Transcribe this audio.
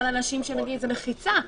זו מחיצה.